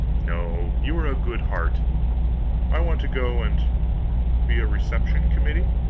no, you are a good heart i want to go and be a reception committee?